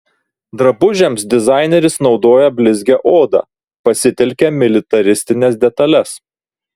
drabužiams dizaineris naudoja blizgią odą pasitelkia militaristines detales